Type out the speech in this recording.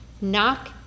Knock